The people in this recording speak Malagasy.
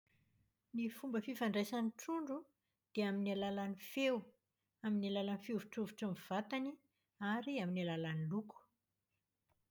Ny fomba fifandraisan'ny trondro dia amin'ny alalan'ny feo, amin'ny alalan'ny fihovitrovitry ny vatany, ary amin'ny alalan'ny loko.